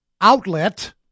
outlet